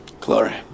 Glory